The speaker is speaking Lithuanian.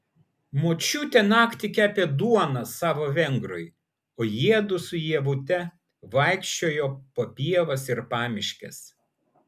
močiutė naktį kepė duoną savo vengrui o jiedu su ievute vaikščiojo po pievas ir pamiškes